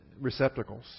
receptacles